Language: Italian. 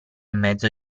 mezzo